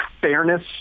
fairness